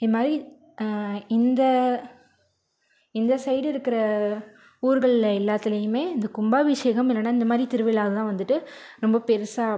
இம்மாதிரி இந்த இந்த சைட் இருக்கிற ஊருகளில் எல்லாத்திலையுமே இந்த கும்பாபிஷேகம் இல்லைனா இந்த மாதிரி திருவிழாதான் வந்துட்டு ரொம்ப பெருசாக